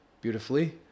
beautifully